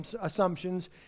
assumptions